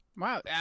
Wow